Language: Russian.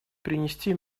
принести